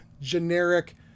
generic